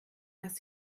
dass